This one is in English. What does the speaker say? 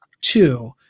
two